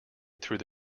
through